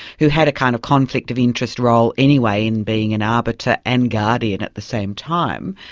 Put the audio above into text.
who had a kind of conflict of interest role anyway in being an arbiter and guardian at the same time,